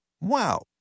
WOW